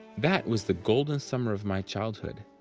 that was the golden summer of my childhood,